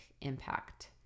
impact